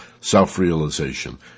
self-realization